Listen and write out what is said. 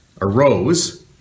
arose